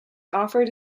offered